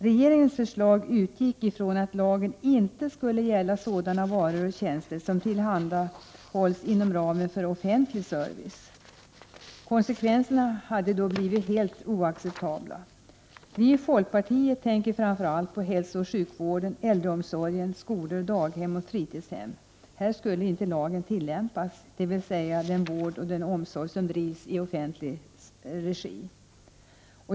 Regeringens förslag utgick från att lagen inte skulle gälla sådana varor och tjänster som tillhandahålls inom ramen för offentlig service. Konsekvenserna hade då blivit helt oacceptabla. Vi i folkpartiet tänker framför allt på hälsooch sjukvården, äldreomsorgen, skolor, daghem och fritidshem. Här skulle lagen inte tillämpas, dvs. den skulle inte gälla inom den vård och omsorg som drivs i offentlig regi.